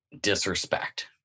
disrespect